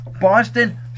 Boston